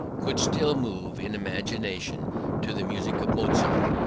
could still move in imagination to the music of mozart,